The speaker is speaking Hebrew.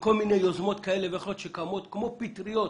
וכל מיני יוזמות כאלה שקמות כמו פטריות,